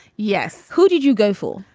yes. who did you go for.